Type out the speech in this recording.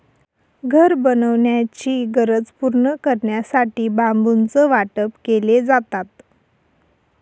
घर बनवण्याची गरज पूर्ण करण्यासाठी बांबूचं वाटप केले जातात